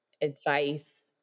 advice